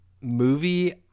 Movie